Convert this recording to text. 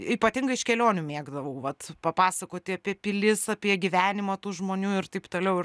ypatingai iš kelionių mėgdavau vat papasakoti apie pilis apie gyvenimą tų žmonių ir taip toliau ir